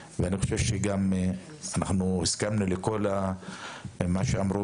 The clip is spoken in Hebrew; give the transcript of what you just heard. וגם הסכמנו לכל מה שאמרו